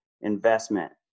investment